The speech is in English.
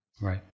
Right